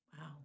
Wow